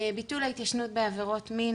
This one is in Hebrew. ביטול ההתיישנות בעבירות מין,